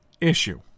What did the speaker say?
issue